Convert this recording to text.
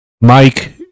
Mike